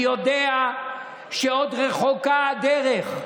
אני יודע שעוד רחוקה הדרך.